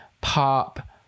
pop